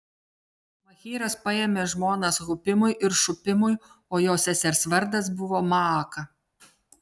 machyras paėmė žmonas hupimui ir šupimui o jo sesers vardas buvo maaka